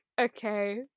okay